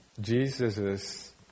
Jesus